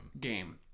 game